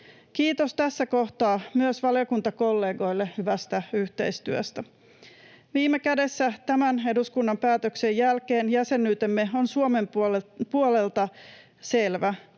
Kiitos tässä kohtaa myös valiokuntakollegoille hyvästä yhteistyöstä. Viime kädessä tämän eduskunnan päätöksen jälkeen jäsenyytemme on Suomen puolelta selvä